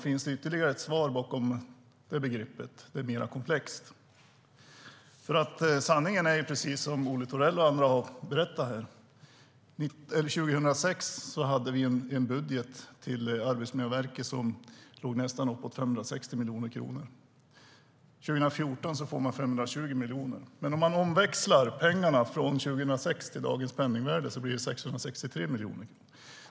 Finns det ytterligare ett svar bakom begreppet att det är mer komplext? Sanningen är, precis som Olle Thorell och andra har berättat, att Arbetsmiljöverket 2006 hade en budget som låg på nästan 560 miljoner kronor. År 2014 får Arbetsmiljöverket 520 miljoner kronor. Men om man räknar om pengarna från 2006 till dagens penningvärde blir det 663 miljoner kronor.